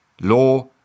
law